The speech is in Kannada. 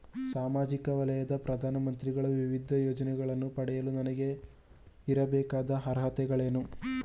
ಸಾಮಾಜಿಕ ವಲಯದ ಪ್ರಧಾನ ಮಂತ್ರಿಗಳ ವಿವಿಧ ಯೋಜನೆಗಳನ್ನು ಪಡೆಯಲು ನನಗೆ ಇರಬೇಕಾದ ಅರ್ಹತೆಗಳೇನು?